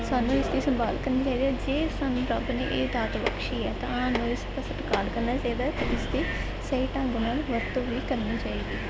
ਸਾਨੂੰ ਇਸ ਦੀ ਸੰਭਾਲ ਕਰਨੀ ਚਾਹੀਦੀ ਹੈ ਜੇ ਸਾਨੂੰ ਰੱਬ ਨੇ ਇਹ ਦਾਤ ਬਖਸ਼ੀ ਹੈ ਤਾਂ ਸਾਨੂੰ ਇਸ ਦਾ ਸਤਿਕਾਰ ਕਰਨਾ ਚਾਹੀਦਾ ਇਸ ਦੀ ਸਹੀ ਢੰਗ ਨਾਲ ਵਰਤੋਂ ਵੀ ਕਰਨੀ ਚਾਹੀਦੀ ਹੈ